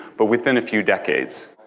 but within a few decades.